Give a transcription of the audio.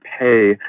pay